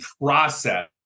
process